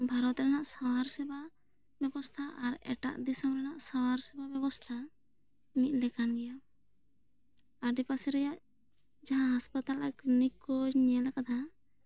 ᱵᱷᱟᱨᱚᱛ ᱨᱮᱱᱟᱜ ᱥᱟᱶᱟᱨ ᱥᱮᱵᱷᱟ ᱵᱮᱵᱚᱥᱛᱟ ᱟᱨ ᱮᱴᱟᱜ ᱫᱤᱥᱚᱢ ᱨᱮᱱᱟᱜ ᱥᱟᱶᱟᱨ ᱥᱮᱵᱷᱟ ᱵᱮᱵᱚᱥᱛᱟ ᱢᱤᱫ ᱞᱮᱠᱟᱱ ᱜᱮᱭᱟ ᱟᱰᱮ ᱯᱟᱥᱮ ᱨᱮᱭᱟᱜ ᱡᱟᱦᱟᱸ ᱦᱟᱥᱯᱟᱛᱟᱞ ᱟᱨ ᱠᱞᱤᱱᱤᱠ ᱠᱚ ᱧᱮᱞ ᱟᱠᱟᱫᱟ